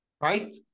Right